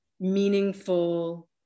meaningful